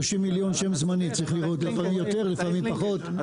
30 מיליון שהם זמני, לפעמים יותר, לפעמים פחות.